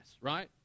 right